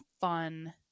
fun